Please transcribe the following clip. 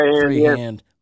freehand